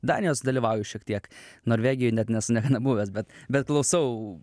danijoj sudalyvauju šiek tiek norvegijoj net nesu buvęs bet bet klausau